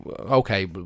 okay